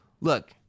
Look